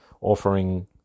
offering